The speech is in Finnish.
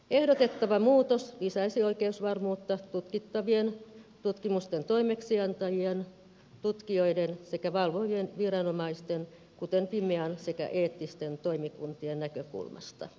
ehdotettava muutos lisäisi oikeusvarmuutta tutkittavien tutkimusten toimeksiantajien tutkijoiden sekä valvovien viranomaisten kuten fimean sekä eettisten toimikuntien näkökulmasta